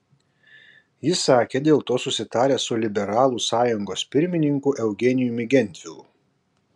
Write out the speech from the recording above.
jis sakė dėl to susitaręs su liberalų sąjungos pirmininku eugenijumi gentvilu